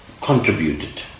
contributed